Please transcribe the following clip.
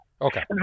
Okay